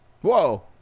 Whoa